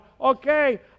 okay